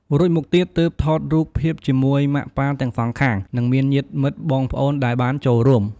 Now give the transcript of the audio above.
រួចមកទៀត ទើបថតរូបភាពជាមួយប៉ាម៉ាក់ទាំងសងខាង និងមានញាតិមិត្តបងប្អូនដែលបានចូលរួម។